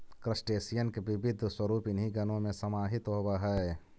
crustacean के विविध स्वरूप इन्हीं गणों में समाहित होवअ हई